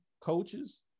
coaches